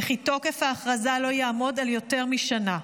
וכי תוקף ההכרזה לא יעמוד על יותר משנה.